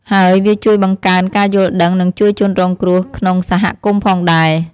ហើយវាជួយបង្កើនការយល់ដឹង និងជួយជនរងគ្រោះក្នុងសហគមន៍ផងដែរ។